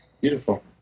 Beautiful